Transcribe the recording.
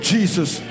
Jesus